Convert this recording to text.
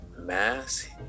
Mass